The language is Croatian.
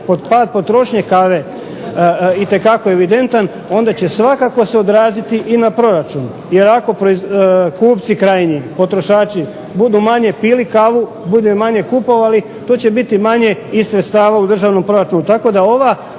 potrošnje kave itekako evidentan, onda će svakako se odraziti i na proračun, jer ako kupci krajnji potrošači budu manje pili kavu, budu manje kupovali, to će biti manje i sredstava u državnom proračunu,